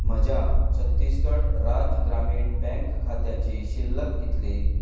म्हज्या छत्तीसगढ राज्य ग्रामीण बँक खात्याची शिल्लक कितली